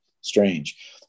strange